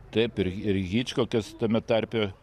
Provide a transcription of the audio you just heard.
taip ir ir hičkokas tame tarpe